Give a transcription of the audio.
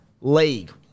League